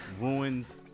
ruins